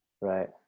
Right